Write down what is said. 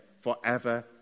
forever